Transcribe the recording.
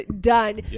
done